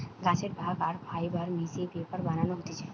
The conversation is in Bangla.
গাছের ভাগ আর ফাইবার মিশিয়ে পেপার বানানো হতিছে